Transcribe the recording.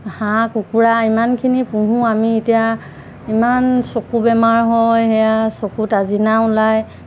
হাঁহ কুকুৰা ইমানখিনি পোহো আমি এতিয়া ইমান চকু বেমাৰ হয় সেয়া চকুত আজিনা ওলায়